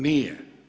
Nije.